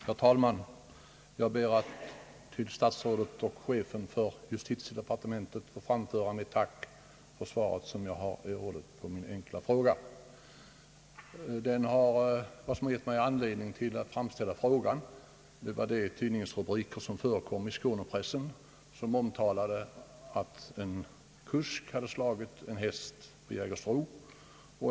Herr talman! Jag ber att till statsrådet och chefen för justitiedepartementet få framföra mitt tack för det svar som jag erhållit på min enkla fråga. Vad som gett mig anledning till att framställa frågan är tidningsrubriker som förekommit i skånepressen och som omtalat att en kusk slagit en häst på Jägersro.